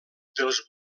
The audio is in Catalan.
dels